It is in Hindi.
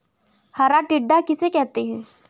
हरा टिड्डा किसे कहते हैं?